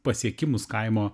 pasiekimus kaimo